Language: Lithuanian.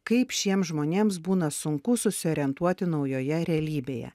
kaip šiems žmonėms būna sunku susiorientuoti naujoje realybėje